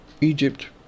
egypt